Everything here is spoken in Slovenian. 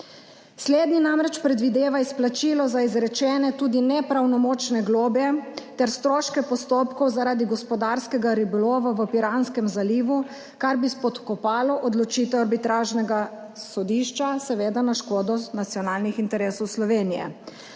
Slednji namreč predvideva, izplačilo za izrečene tudi nepravnomočne globe ter stroške postopkov zaradi gospodarskega ribolova v Piranskem zalivu, kar bi spodkopalo odločitev arbitražnega sodišča, seveda na škodo nacionalnih interesov Slovenije.